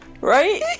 Right